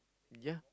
ya